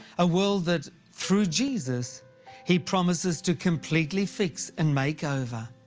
a world that through jesus he promises to completely fix and make over.